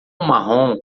marrom